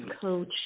coach